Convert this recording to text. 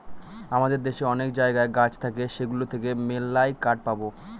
আমাদের দেশে অনেক জায়গায় গাছ থাকে সেগুলো থেকে মেললাই কাঠ পাবো